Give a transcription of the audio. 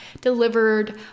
delivered